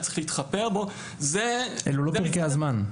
צריך להתחפר בו --- אלה לא פרקי הזמן.